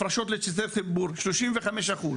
הפרשות לשטחי ציבור 35 אחוזים,